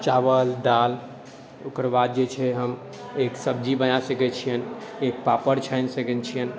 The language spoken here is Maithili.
चावल दाल ओकर बाद जे छै हम एक सब्जी बना सकै छिअनि एक पापड़ छानि सकै छिअनि